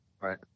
Right